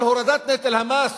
על הורדת נטל המס,